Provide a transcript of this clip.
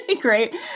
great